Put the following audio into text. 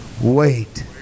wait